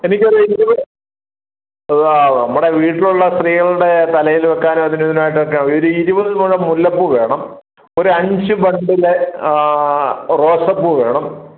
എനിക്കൊരു ഇരുപത് നമ്മുടെ വീട്ടിൽ ഉള്ള സ്ത്രീകളുടെ തലയിൽ വെയ്ക്കാനും അതിനും ഇതിനും ആയിട്ട് ഒക്കെ ഒരു ഇരുപത് മുഴം മുല്ലപ്പൂ വേണം ഒരു അഞ്ച് ബണ്ടില് റോസാപ്പൂ വേണം